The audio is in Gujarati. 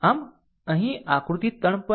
આમ અહીં આકૃતિ 3